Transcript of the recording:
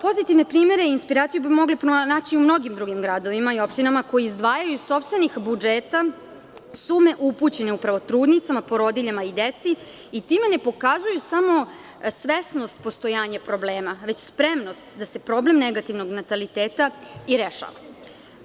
Pozitivne primere i inspiraciju bi mogli pronaći u mnogim drugim gradovima i opštinama koje izdvajaju iz sopstvenog budžeta, sume upućene upravo trudnicama, porodiljama i deci i time ne pokazuju samo svesnost postojanja problema, već spremnost da se problem negativnog nataliteta i rešava.